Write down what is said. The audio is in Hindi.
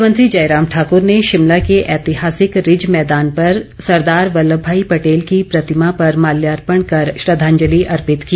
मुख्यमंत्री जयराम ठाकुर ने शिमला के ऐतिहासिक रिज मैदान पर सरदार वल्लभभाई पटेल की प्रतिमा पर माल्यार्पण कर श्रद्वाजंलि अर्पित की